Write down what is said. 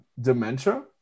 dementia